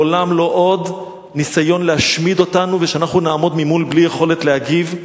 לעולם לא עוד ניסיון להשמיד אותנו ושאנחנו נעמוד ממול בלי יכולת להגיב,